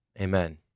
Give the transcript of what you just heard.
Amen